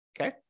Okay